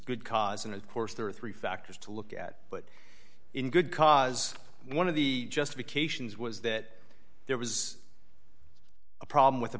good cause and of course there are three factors to look at but in good cause one of the justifications was that there was a problem with a